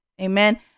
amen